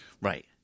Right